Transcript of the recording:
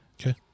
Okay